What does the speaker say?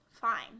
fine